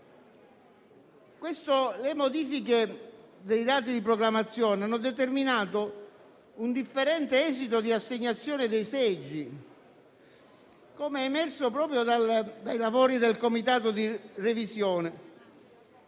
Le modifiche dei dati di proclamazione hanno determinato un differente esito di assegnazione dei seggi, com'è emerso proprio dai lavori del Comitato di revisione,